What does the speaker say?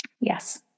Yes